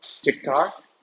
TikTok